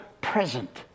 present